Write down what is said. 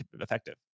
effective